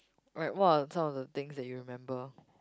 like what are some of the things that you remember